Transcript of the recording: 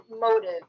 motive